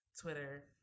Twitter